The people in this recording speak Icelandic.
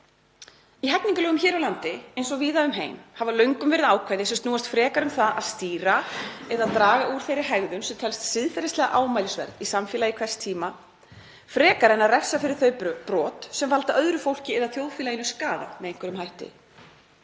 Í hegningarlögum hér á landi, eins og víða um heim, hafa löngum verið ákvæði sem snúast frekar um það að stýra eða draga úr þeirri hegðun sem telst siðferðislega ámælisverð í samfélagi hvers tíma, frekar en að refsa fyrir þau brot sem valda öðru fólki eða þjóðfélaginu skaða með einhverjum hætti.